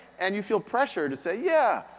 and you feel pressure to say yeah,